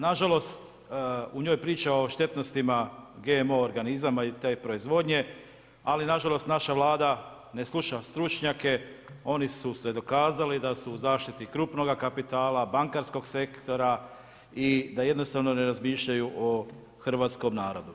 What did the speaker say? Nažalost, u njoj priča o štetnostima GMO organizama i te proizvodnje, ali nažalost naša Vlada ne sluša stručnjake, oni su se dokazali da su u zaštiti krupnoga kapitala, bankarskog sektora i da jednostavno ne razmišljaju o hrvatskom narodu.